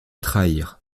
trahir